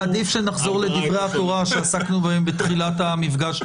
עדיף שנחזור לדברי התורה שעסקנו בהם בתחילת המפגש.